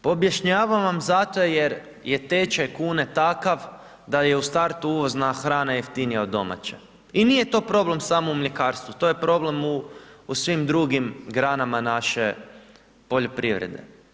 Pa objašnjavam vam zato jer je tečaj kune takav da je u startu uvozna hrana jeftinija od domaće i nije to problem samo u mljekarstvu, to je problem u svim drugim granama naše poljoprivrede.